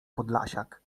podlasiak